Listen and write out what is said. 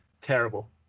Terrible